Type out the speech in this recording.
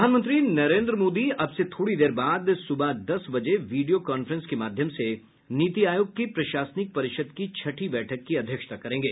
प्रधानमंत्री नरेंद्र मोदी अब से थोड़ी देर बाद सुबह दस बजे वीडियो कॉन्फ्रेंस के माध्यम से नीति आयोग की प्रशासनिक परिषद की छठी बैठक की अध्यक्षता करेंगे